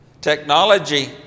Technology